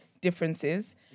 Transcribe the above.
differences